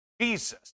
Jesus